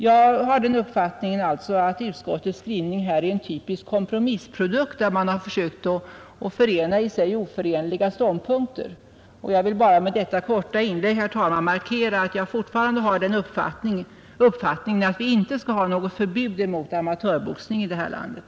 Jag har alltså den uppfattningen att utskottets skrivning här är en typisk kompromissprodukt, där man har sökt förena i sig oförenliga ståndpunkter. Jag vill bara med detta korta inlägg, herr talman, markera att jag fortfarande har den uppfattningen, att vi inte skall ha något förbud mot amatörboxning i det här landet.